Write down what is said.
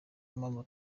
mpamvu